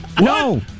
no